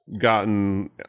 gotten